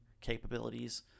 capabilities